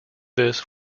this